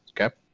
Okay